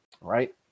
right